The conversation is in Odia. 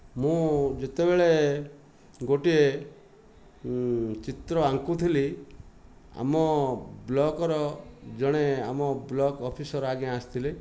ମୁଁ ଯେତେବେଳେ ଗୋଟିଏ ଚିତ୍ର ଆଙ୍କୁଥିଲି ଆମ ବ୍ଲକର ଜଣେ ଆମ ବ୍ଲକ ଅଫିସର ଆଜ୍ଞା ଆସିଥିଲେ